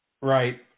Right